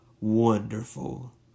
Wonderful